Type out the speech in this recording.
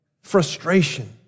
frustration